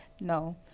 No